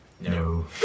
No